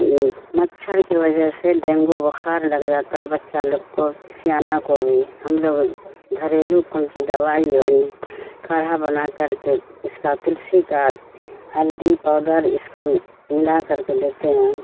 مچھر کی وجہ سے ڈینگو بخار لگ جاتا ہے بچہ لوگ کو سیانہ کو بھی ہم لوگ گھریلو کون چیز دوائی کاڑھا بنا کر کے اس کا تلسی کا ہلدی پاؤڈر اس کا ملا کر کے دیتے ہیں